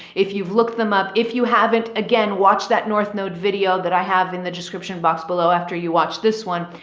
if you've looked them up, if you haven't, again, watch that north node video that i have in the description box below, after you watched this one,